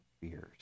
fears